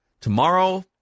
Tomorrow